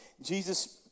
Jesus